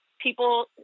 people